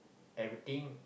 everything